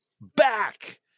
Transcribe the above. back